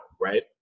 right